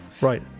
Right